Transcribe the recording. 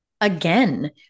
again